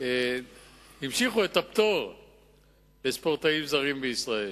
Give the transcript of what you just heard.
המשיכו את הפטור לספורטאים זרים בישראל.